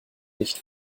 nicht